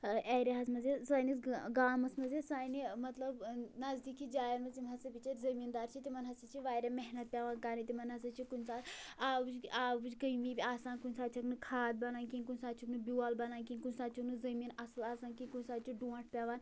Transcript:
ٲں ایریا ہس منٛز یا سٲنِس گامَس منٛز یا سانہِ مطلب ٲں نزدیٖکی جایَن منٛز یِم ہسا بِچٲرۍ زٔمیٖندار چھِ تِمن ہسا چھِ واریاہ محنت پیٚوان کَرٕنۍ تِمن ہسا چھِ کُنہِ ساتہٕ آبٕچ آبٕچ کٔمی آسان کُنہِ ساتہٕ چھَکھ نہٕ کھاد بَنان کیٚنٛہہ کُنہِ ساتہٕ چھُکھ نہٕ بیٛول بَنان کینٛہہ کُنہِ ساتہٕ چھُکھ نہٕ زٔمیٖن اصٕل آسان کیٚنٛہہ کُنہِ ساتہٕ چھُ ڈونٛٹھ پیٚوان